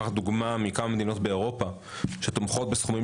לקחת דוגמה מכמה מדינות באירופה שתומכות בסכומים